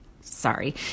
sorry